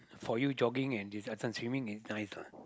for you jogging and this uh this one swimming nice lah